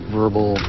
verbal